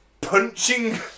punching